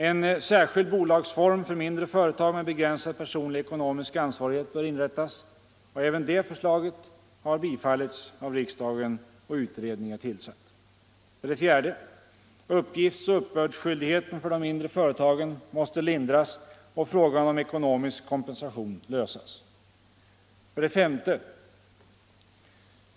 En särskild bolagsform för mindre företag med begränsad personlig ekonomisk ansvarighet bör inrättas. Även detta förslag har bifallits av riksdagen, och utredning är tillsatt. 4. Uppgiftsoch uppbördsskyldigheten för de mindre företagen måste lindras och frågan om ekonomisk kompensation lösas. 5.